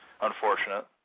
unfortunate